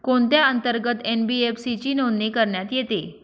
कोणत्या अंतर्गत एन.बी.एफ.सी ची नोंदणी करण्यात येते?